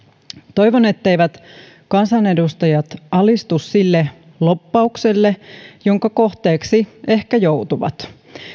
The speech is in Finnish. toivon etteivät kansanedustajat alistu sille lobbaukselle jonka kohteeksi he ehkä joutuvat